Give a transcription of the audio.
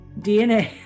DNA